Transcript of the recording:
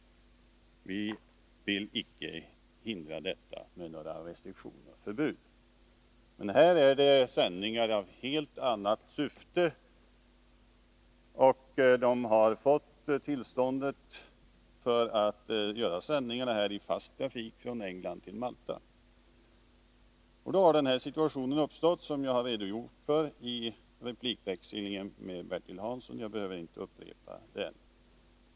Vi vill icke hindra detta med några förbud eller restriktioner. Men här är det fråga om sändningar med helt annat syfte. Man har fått tillstånd att göra sändningar i fast trafik från England till Malta. Då har den situation uppstått som jag har redogjort för i replikväxlingen med Bertil Hansson — jag behöver inte upprepa det.